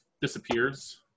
disappears